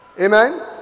Amen